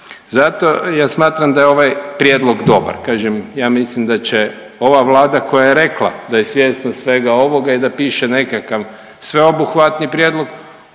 Zato ja smatram da je ovaj prijedlog dobar, kažem ja mislim da će ova Vlada koja je rekla da je svjesna svega ovoga i da piše nekakav sveobuhvatni prijedlog,